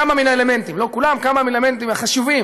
כמה מהאלמנטים, לא כולם, כמה מהאלמנטים החשובים